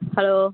hello